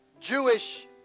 Jewish